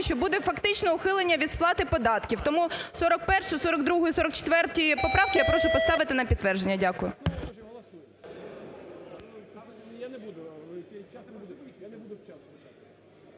що буде фактично ухилення від сплати податку. Тому 41-у, 42-у і 44 поправки я прошу поставити на підтвердження. Дякую.